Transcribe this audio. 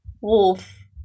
Wolf